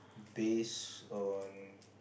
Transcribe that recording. based on